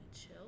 chill